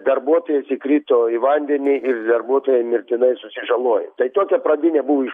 darbuotojais įkrito į vandenį ir darbuotojai mirtinai susižalojo tai tokia pradinė buvo iš